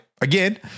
again